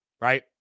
right